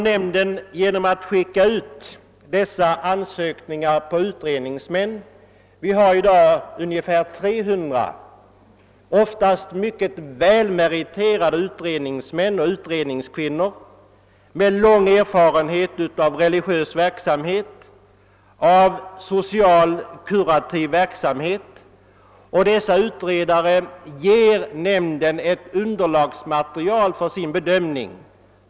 Nämnden skickar därför ut dessa ansökningar till utredningsmän. Vi har i dag ungefär 300 oftast mycket väl meriterade utredningsmän och kvinnor, med lång erfarenhet av religiös verksamhet och av social kurativ verksamhet. Dessa utredare ger nämnden material som tjänar som underlag för dess bedömning.